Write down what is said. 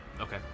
okay